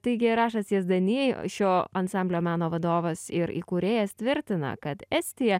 taigi arašas jazdani šio ansamblio meno vadovas ir įkūrėjas tvirtina kad estija